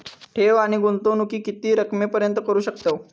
ठेव आणि गुंतवणूकी किती रकमेपर्यंत करू शकतव?